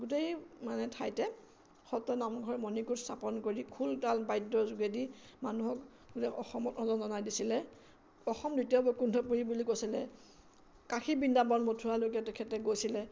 গোটেই মানে ঠাইতে সত্ৰ নামঘৰ মণিকোট স্থাপন কৰি খোল তাল বাদ্যৰ যোগেদি মানুহক গোটেই অসমত ৰজন জনাই দিছিলে অসম দ্বিতীয় বৈকুণ্ঠপুৰী বুলি কৈছিলে কাশী বৃন্দাবন মঠুৰালৈকে তেখেতে গৈছিলে